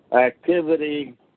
activity